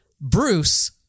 Bruce